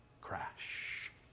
crash